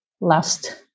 last